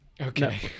okay